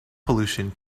pollution